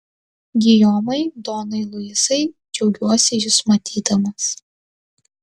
gijomai donai luisai džiaugiuosi jus matydamas